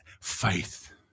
faith